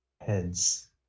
Heads